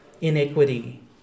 iniquity